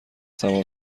سوار